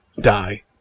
die